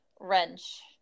wrench